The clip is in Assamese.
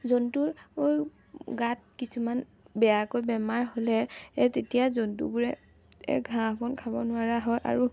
জন্তুৰ গাত কিছুমান বেয়াকৈ বেমাৰ হ'লে তেতিয়া জন্তুবোৰে এ ঘাঁহ বন খাব নোৱাৰা হয় আৰু